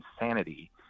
insanity